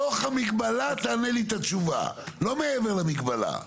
בתוך המגבלה תענה לי את התשובה, לא מעבר למגבלה.